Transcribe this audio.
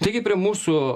taigi prie mūsų